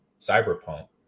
Cyberpunk